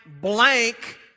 blank